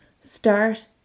start